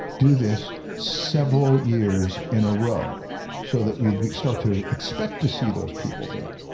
do this several years in a row so that you start to expect to see those people there.